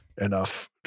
enough